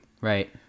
Right